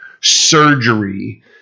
Surgery